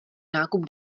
nákup